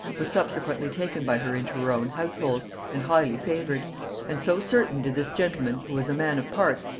was subsequently taken by her into her own household and highly favored and so certain did this gentleman, who was a man of parts,